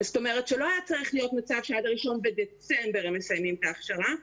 זאת אומרת שלא היה צריך להיות מצב שעד ה-1 בדצמבר הם מסיימים את ההכשרה,